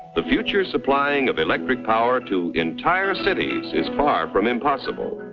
the future supplying of electric power to entire cities is far from impossible.